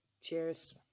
Cheers